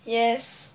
yes